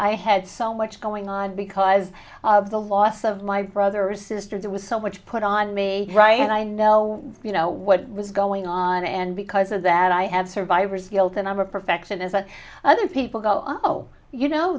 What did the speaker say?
i had so much going on because of the loss of my brother or sister there was some which put on me right and i know you know what was going on and because of that i have survivor's guilt and i'm a perfectionist a other people go oh you know